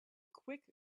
quick